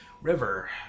river